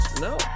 No